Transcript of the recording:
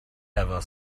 ever